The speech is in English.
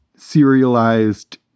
serialized